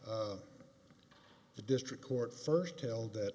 the district court first held that